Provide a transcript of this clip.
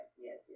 yes